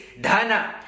dhana